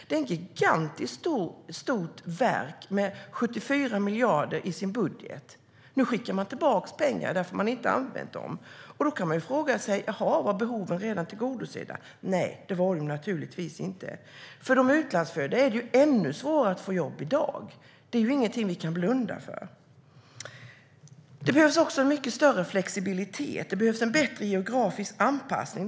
Det är ett gigantiskt stort verk med 74 miljarder i sin budget. Nu skickade man tillbaka pengar därför att man inte har använt dem. Då kan man fråga sig om behoven redan var tillgodosedda. Nej, det var de naturligtvis inte. För de utlandsfödda är det ännu svårare att få jobb i dag. Det är ingenting vi kan blunda för. Det behövs en mycket större flexibilitet och en bättre geografisk anpassning.